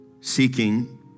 Seeking